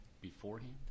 beforehand